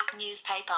newspaper